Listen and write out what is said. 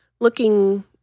looking